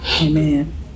Amen